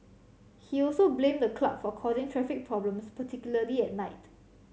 he also blamed the club for causing traffic problems particularly at night